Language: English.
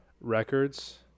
records